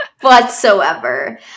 whatsoever